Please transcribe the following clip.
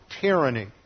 tyranny